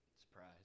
surprise